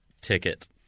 Ticket